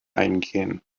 eingehen